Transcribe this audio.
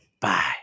Bye